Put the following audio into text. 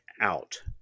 out